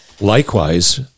likewise